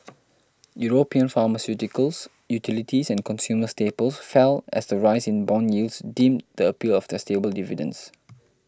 European pharmaceuticals utilities and consumer staples fell as the rise in bond yields dimmed the appeal of their stable dividends